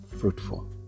fruitful